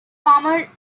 former